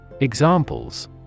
Examples